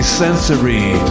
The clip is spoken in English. sensory